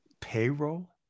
payroll